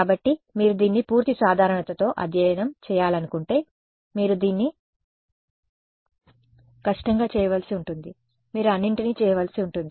కాబట్టి మీరు దీన్ని పూర్తి సాధారణతతో అధ్యయనం చేయాలనుకుంటే మీరు దీన్ని కష్టంగా చేయవలసి ఉంటుంది మీరు అన్నింటినీ చేయవలసి ఉంటుంది